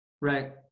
Right